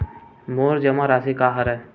मोर जमा राशि का हरय?